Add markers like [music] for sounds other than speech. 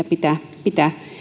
[unintelligible] pitää pitää